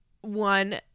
one